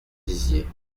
dizier